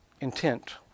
Intent